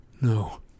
no